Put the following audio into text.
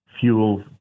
fuel